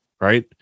right